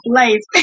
life